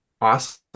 Awesome